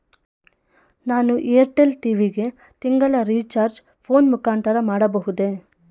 ನಾನು Airtel TV ಗೆ ತಿಂಗಳ ರಿಚಾರ್ಜ್ ಫೋನ್ ಮುಖಾಂತರ ಮಾಡಬಹುದೇ?